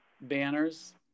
banners